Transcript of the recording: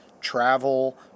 travel